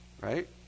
right